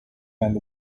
kind